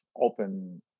open